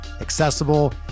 accessible